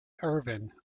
irvine